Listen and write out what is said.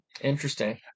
Interesting